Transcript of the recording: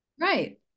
right